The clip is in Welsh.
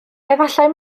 efallai